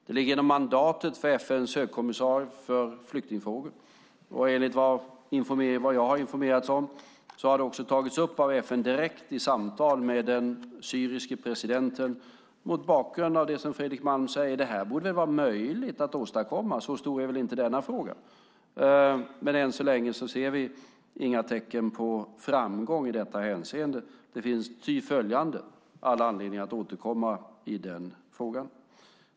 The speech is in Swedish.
Det ligger inom mandatet för FN:s högkommissarie för flyktingfrågor. Enligt den information jag har fått har det också tagits upp av FN direkt i samtal med den syriske presidenten mot bakgrund av det som Fredrik Malm sade: Detta borde vara möjligt att åstadkomma. Så stor är väl inte denna fråga. Än så länge ser vi inga tecken på framgång i detta hänseende. Det finns därför all anledning att återkomma i frågan.